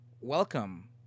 welcome